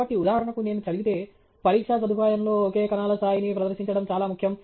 కాబట్టి ఉదాహరణకు నేను చదివితే పరీక్షా సదుపాయంలో ఒకే కణాల స్థాయిని ప్రదర్శించడం చాలా ముఖ్యం